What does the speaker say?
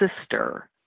sister